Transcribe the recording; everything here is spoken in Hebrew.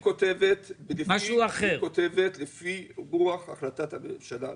היא כותבת לפי רוח החלטת הממשלה.